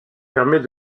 permet